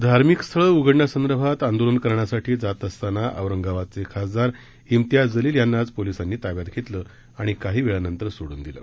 धार्मिक स्थळं उघडण्यासंदर्भात आंदोलन करण्यासाठी जात सतांना औरंगाबादचे खासदार इम्तियाज जलील यांना आज पोलिसांनी ताब्यात घेतलं आणि काही वेळानंतर सोडून दिलं